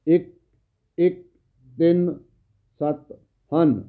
ਇੱਕ ਇੱਕ ਤਿੰਨ ਸੱਤ ਹਨ